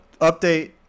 update